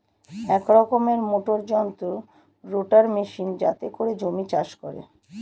এক রকমের মোটর যন্ত্র রোটার মেশিন যাতে করে জমি চাষ করে